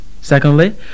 Secondly